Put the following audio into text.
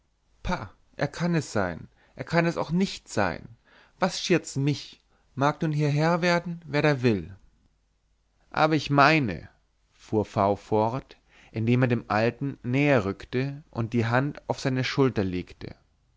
pah er kann es sein er kann es auch nicht sein was schiert's mich mag nun hier herr werden wer da will aber ich meine fuhr v fort indem er dem alten näher rückte und die hand auf seine schulter legte